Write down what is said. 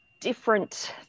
Different